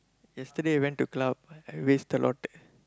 yesterday I went to club waste a lot